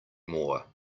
more